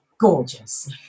gorgeous